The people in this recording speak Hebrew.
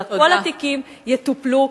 אלא כל התיקים יטופלו,